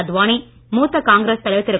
அத்வானி மூத்த காங்கிரஸ் தலைவர் திரு